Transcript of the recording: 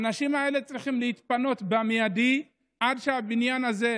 האנשים האלה צריכים להתפנות במיידי עד שהבניין הזה,